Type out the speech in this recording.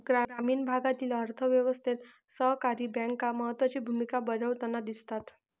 ग्रामीण भागातील अर्थ व्यवस्थेत सहकारी बँका महत्त्वाची भूमिका बजावताना दिसतात